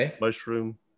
mushroom